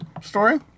story